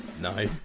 No